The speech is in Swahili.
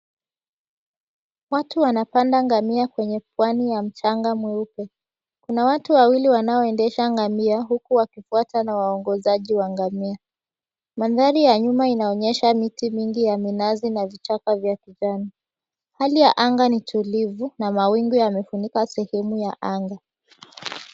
Watu wanapanda ngamia kwenye pwani ya mchanga mweupe. Kuna watu wawili wanaoendesha ngamia huku wakifuata na waongozaji wa ngamia. Mandhari ya nyuma inaonyesha miti mingi ya minazi na vichaka za kijani. Hali ya anga ni tulivu na mawingu yamefunika sehemu ya anga.